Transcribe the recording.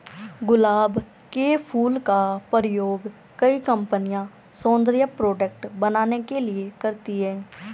गुलाब के फूल का प्रयोग कई कंपनिया सौन्दर्य प्रोडेक्ट बनाने के लिए करती है